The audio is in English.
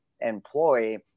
employee